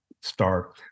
start